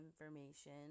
information